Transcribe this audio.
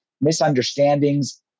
misunderstandings